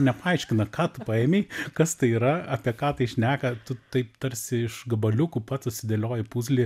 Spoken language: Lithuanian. nepaaiškina ką tu paėmei kas tai yra apie ką tai šneka tu taip tarsi iš gabaliukų pats susidėlioji puzlį